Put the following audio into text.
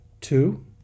two